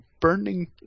burning